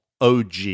OG